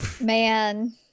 Man